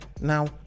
Now